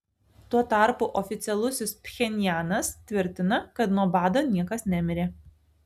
tuo tarpu oficialusis pchenjanas tvirtina kad nuo bado niekas nemirė